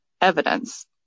evidence